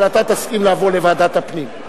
אבל אתה תסכים לבוא לוועדת הפנים.